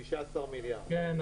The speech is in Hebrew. כן.